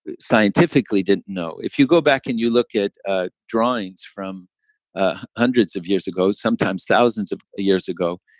scientifically didn't know. if you go back and you look at ah drawings from ah hundreds of years ago, sometimes thousands of years ago,